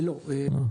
לא.